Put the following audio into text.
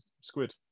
Squid